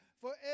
forever